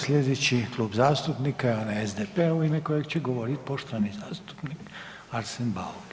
Sljedeći klub zastupnika je onaj SDP-a u ime kojeg će govoriti poštovani zastupnik Arsen Bauk.